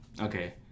okay